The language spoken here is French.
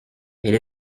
elle